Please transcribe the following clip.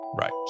Right